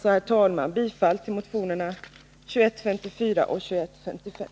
Jag yrkar alltså bifall till motionerna 2154 och 2155.